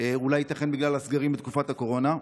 ייתכן שבגלל הסגרים בתקופת הקורונה.